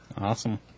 Awesome